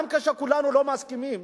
גם כשכולנו לא מסכימים,